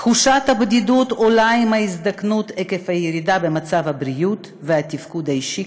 תחושת הבדידות עולה עם ההזדקנות עקב הירידה במצב הבריאות והתפקוד האישי,